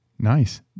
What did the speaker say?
Nice